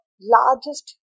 largest